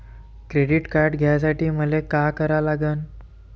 Credit card घ्यासाठी मले का करा लागन?